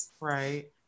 right